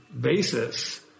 basis